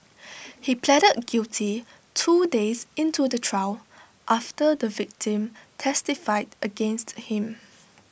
he pleaded guilty two days into the trial after the victim testified against him